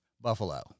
Buffalo